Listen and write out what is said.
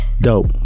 Dope